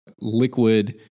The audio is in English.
liquid